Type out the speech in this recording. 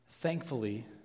Thankfully